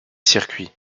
circuit